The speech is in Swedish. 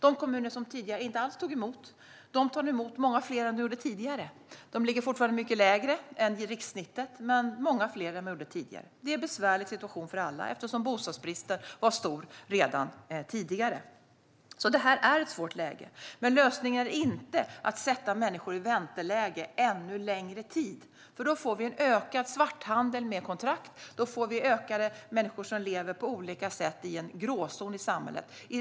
De kommuner som tidigare inte alls tog emot några tar nu emot många fler än tidigare. De ligger fortfarande lägre än rikssnittet, men de tar emot många fler än tidigare. Det är en besvärlig situation för alla, eftersom bostadsbristen var stor redan tidigare. Det är alltså ett svårt läge. Lösningen är dock inte att sätta människor i vänteläge ännu längre tid, för då får vi en ökad svarthandel med kontrakt. Då får vi fler människor som på olika sätt lever i en gråzon i samhället.